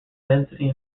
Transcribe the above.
density